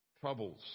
troubles